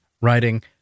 writing